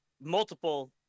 multiple